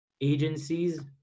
agencies